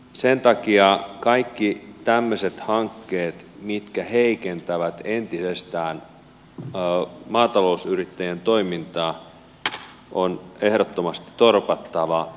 sen takia kaikki tämmöiset hankkeet mitkä heikentävät entisestään maatalousyrittäjien toimintaa on ehdottomasti torpattava